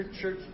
church